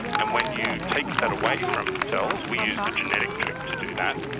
and when you take that away from cells, we used a genetic trick to do that,